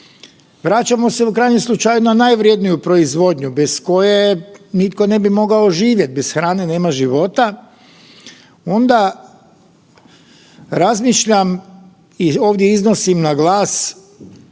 vraćamo se u krajnjem slučaju na najvredniju proizvodnju bez koje nitko ne bi mogao živjet, bez hrane nema života, onda razmišljam i ovdje iznosim na glas